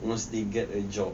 once they get a job